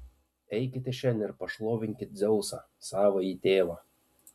eikite šen ir pašlovinkit dzeusą savąjį tėvą